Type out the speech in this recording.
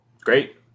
Great